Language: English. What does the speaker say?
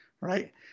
right